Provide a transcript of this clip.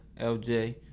LJ